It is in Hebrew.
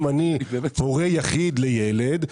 אם אני הורה יחיד לילד,